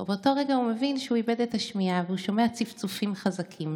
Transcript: באותו רגע הוא הבין שהוא איבד את השמיעה והוא שומע צפצופים חזקים